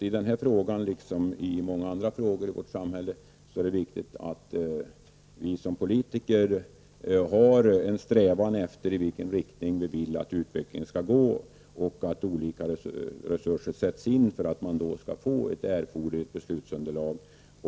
I denna liksom i så många andra frågor är det viktigt att vi politiker visar i vilken riktning vi vill att utvecklingen skall gå och att resurser sätts in för att man skall få det erforderliga beslutsunderlaget.